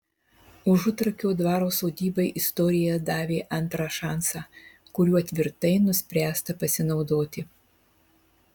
užutrakio dvaro sodybai istorija davė antrą šansą kuriuo tvirtai nuspręsta pasinaudoti